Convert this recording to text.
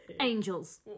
angels